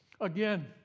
Again